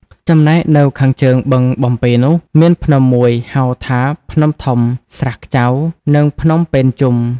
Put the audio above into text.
ចំណែកនៅខាងជើងបឹងបំពេនោះ មានភ្នំមួយ ហៅថា ភ្នំធំ ស្រះខ្ចៅ និងភ្នំពេនជុំ ។